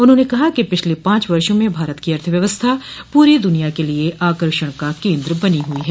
उन्होंने कहा कि पिछले पांच वर्षों में भारत की अर्थव्यवस्था पूरी दुनिया के लिए आकर्षण का केन्द्र बनी हुई है